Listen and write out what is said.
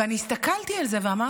ואני הסתכלתי על זה ואמרתי: